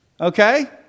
Okay